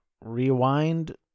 rewind